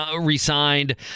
re-signed